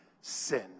sin